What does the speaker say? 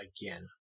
again